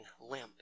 limp